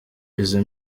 izi